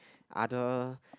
other